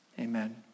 amen